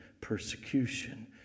persecution